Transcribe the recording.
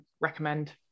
recommend